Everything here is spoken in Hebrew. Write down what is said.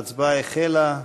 ההצבעה החלה.